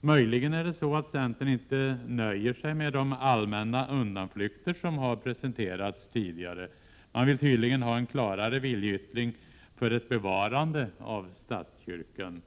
Möjligen är det så att centern inte nöjer sig med de allmänna undanflykter som har presenterats tidigare. Man vill tydligen ha en klarare viljeyttring för ett bevarande av statskyrkan.